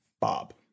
Bob